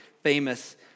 famous